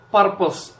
Purpose